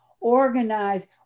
organize